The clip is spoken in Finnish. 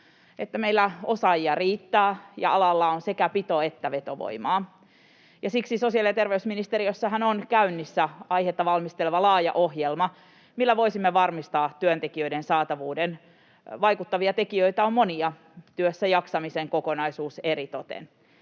riittää osaajia ja alalla on sekä pito- että vetovoimaa. Ja siksi sosiaali- ja terveysministeriössä on käynnissä aihetta valmisteleva laaja ohjelma, millä voisimme varmistaa työntekijöiden saatavuuden. Vaikuttavia tekijöitä on monia, työssäjaksamisen kokonaisuus eritoten.